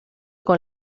con